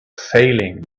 failing